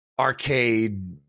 arcade